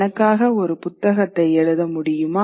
எனக்காக ஒரு புத்தகத்தை எழுத முடியுமா